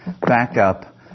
backup